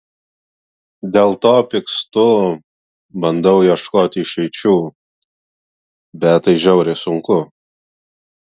dėl to pykstu bandau ieškoti išeičių bet tai žiauriai sunku